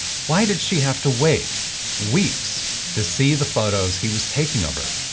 why did she have to wait weeks to see the photos he was taking of her?